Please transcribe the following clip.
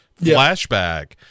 flashback